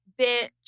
bitch